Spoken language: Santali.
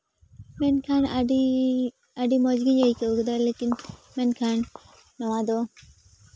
ᱢᱮᱱᱠᱷᱟᱱ ᱟᱹᱰᱤ ᱟᱹᱰᱤ ᱢᱚᱡᱽ ᱜᱮᱧ ᱟᱹᱭᱠᱟᱹᱣ ᱠᱟᱫᱟ ᱞᱮᱠᱤᱱ ᱢᱮᱱᱠᱷᱟᱱ ᱱᱚᱣᱟ ᱫᱚ